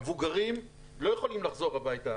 המבוגרים לא יכולים לחזור הביתה.